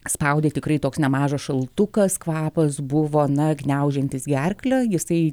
spaudė tikrai toks nemažas šaltukas kvapas buvo na gniaužiantis gerklę jisai